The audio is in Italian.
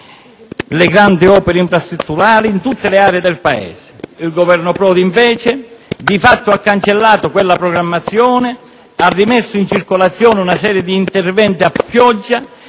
le grandi opere infrastrutturali in tutte le aree del Paese; il Governo Prodi, invece, di fatto ha cancellato quella programmazione ed ha rimesso in circolazione una serie di interventi a pioggia